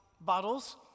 bottles